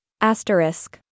Asterisk